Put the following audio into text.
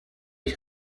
ich